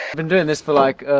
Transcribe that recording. been doing this for like.